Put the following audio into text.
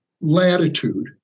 latitude